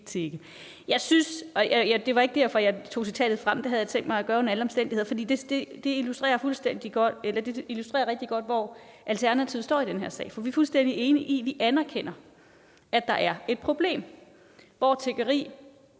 tigge. Det var ikke derfor, jeg tog citatet frem. Det havde jeg tænkt mig at gøre under alle omstændigheder, for det illustrerer rigtig godt, hvor Alternativet står i den her sag. Vi er fuldstændig enige i, vi anerkender, at der er et problem med tiggeri